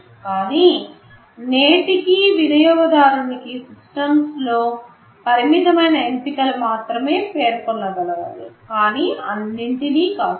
కానీ నేటికీ వినియోగదారునికి సిస్టమ్స్ లో పరిమితమైన ఎంపికలు మాత్రమే పేర్కొన గలరు కానీ అన్నింటినీ కాదు